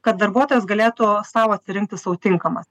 kad darbuotojas galėtų sau atsirinkti sau tinkamas